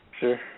Sure